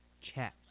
Chat